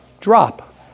drop